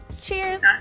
Cheers